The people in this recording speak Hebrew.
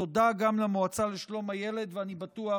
תודה גם למועצה לשלום הילד, ואני בטוח